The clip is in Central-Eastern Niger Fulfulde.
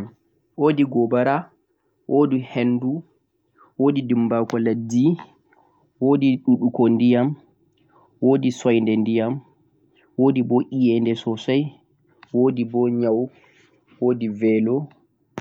wodi gobaraa, wodi hendu, dimbako lesdi, ambaliya ndiyam, hokkere, nyau, velo